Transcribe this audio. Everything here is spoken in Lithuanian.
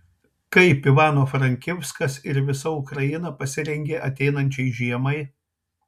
kaip ivano frankivskas ir visa ukraina pasirengė ateinančiai žiemai